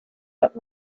but